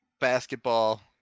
basketball